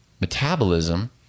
metabolism